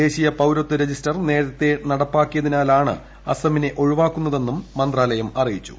ദേശീയ പൌരത്വ രജിസ്റ്റർ നേരത്തെ നടപ്പിലാക്കിയതിനാലാണ് അസമിനെ ഒഴിവാക്കുന്നതെന്നും മന്ത്രാലയം അറിയിച്ചു